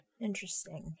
interesting